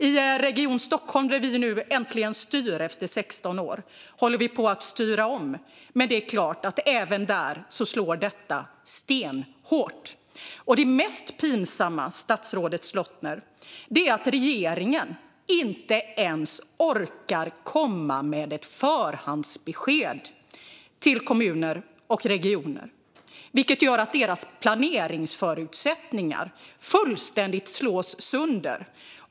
I Region Stockholm, där vi nu äntligen styr efter 16 år, håller vi på att styra om. Men det är klart att detta även där slår stenhårt. Det mest pinsamma, statsrådet Slottner, är att regeringen inte ens orkar komma med ett förhandsbesked till kommuner och regioner, vilket gör att deras planeringsförutsättningar fullständigt slås sönder.